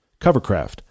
Covercraft